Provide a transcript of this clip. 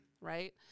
right